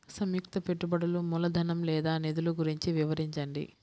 సంయుక్త పెట్టుబడులు మూలధనం లేదా నిధులు గురించి వివరించండి?